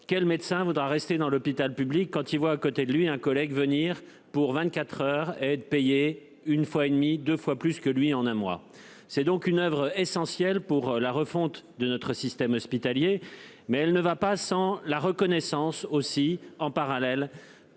quel médecin voudra rester dans l'hôpital public quand ils voient à côté de lui un collègue venir pour 24h et de payer une fois et demie 2 fois plus que lui en un mois. C'est donc une oeuvre essentielle pour la refonte de notre système hospitalier. Mais elle ne va pas sans la reconnaissance aussi en parallèle